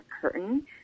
curtain